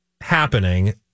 happening